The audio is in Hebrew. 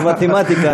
במתמטיקה,